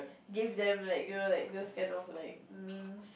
give them like you know like those kind of like mints